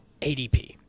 ADP